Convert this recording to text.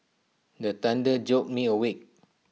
the thunder jolt me awake